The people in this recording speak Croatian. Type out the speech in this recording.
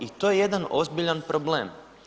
I to je jedan ozbiljan problem.